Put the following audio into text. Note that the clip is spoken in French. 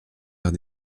vers